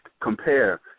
compare